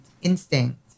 instinct